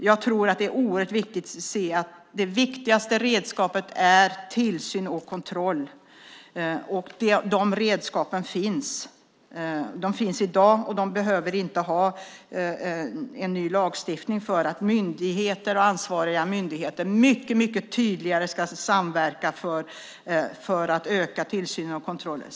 Jag tror att det är oerhört viktigt att se att de viktigaste redskapen är tillsyn och kontroll. Dessa redskap finns i dag. Man behöver inte en ny lagstiftning för att ansvariga myndigheter mycket tydligare ska samverka för att öka tillsynen och kontrollen.